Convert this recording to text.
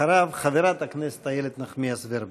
אחריו, חברת הכנסת איילת נחמיאס ורבין.